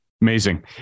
Amazing